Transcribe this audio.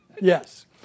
Yes